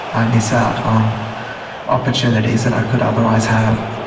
i miss out on opportunities that i could otherwise have.